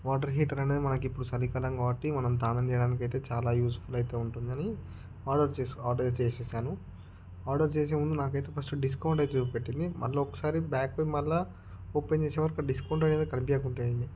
water heater అనేది మనకి ఇప్పుడు చలికాలం కాబట్టి మనం స్నానం చేయడానికి అయితే చాలా యూస్ఫుల్ అయితే ఉంటుందని ఆర్డర్ చేసు ఆర్డర్ చేసేసాను ఆర్డర్ చేసే ముందు నాకైతే ఫస్ట్ డిస్కౌంట్ అయితే చూపెట్టింది మళ్ళీ ఒకసారి బ్యాక్ మళ్ళీ ఓపెన్ చేసే వరకు ఆ డిస్కౌంట్ అనేది కనిపించకుండా అయింది